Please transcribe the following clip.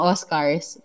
Oscars